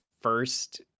first